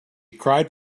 cried